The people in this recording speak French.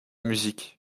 musique